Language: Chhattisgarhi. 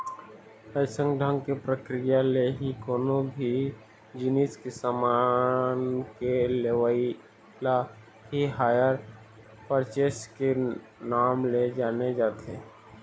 अइसन ढंग के प्रक्रिया ले ही कोनो भी जिनिस के समान के लेवई ल ही हायर परचेस के नांव ले जाने जाथे